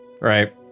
Right